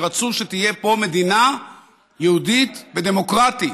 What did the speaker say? שרצו שתהיה פה מדינה יהודית ודמוקרטית.